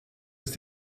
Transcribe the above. ist